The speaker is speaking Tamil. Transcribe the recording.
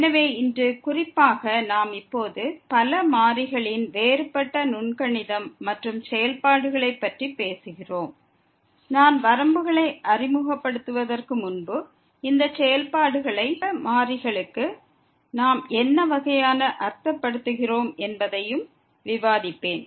எனவே இன்று குறிப்பாக நாம் இப்போது பல மாறிகளின் வேறுபட்ட நுண்கணிதம் மற்றும் செயல்பாடுகளைப் பற்றி பேசுகிறோம் நான் வரம்புகளை அறிமுகப்படுத்துவதற்கு முன்பு இந்த செயல்பாடுகளை பல மாறிகளுக்கு நாம் என்ன வகையான அர்த்தப்படுத்துகிறோம் என்பதையும் விவாதிப்பேன்